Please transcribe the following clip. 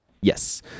Yes